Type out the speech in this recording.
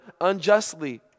unjustly